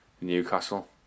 Newcastle